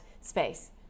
space